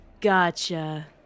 gotcha